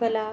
कला